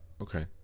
Okay